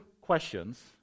questions